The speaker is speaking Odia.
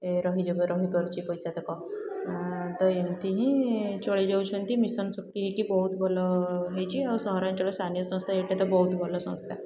ଏ ରହିଯିବ ରହିପାରୁଛି ପଇସା ତକ ତ ଏମିତି ହିଁ ଚଳିଯାଉଛନ୍ତି ମିଶନ୍ ଶକ୍ତି ହେଇକି ବହୁତ ଭଲ ହେଇଛି ଆଉ ସହାରାଞ୍ଚଳ ସ୍ଥାନୀୟ ସଂସ୍ଥା ଏଇଟା ତ ବହୁତ ଭଲ ସଂସ୍ଥା